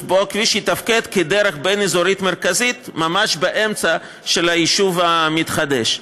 כדרך בין-אזורית מרכזית ממש באמצע היישוב המתחדש.